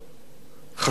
חשובות מאוד,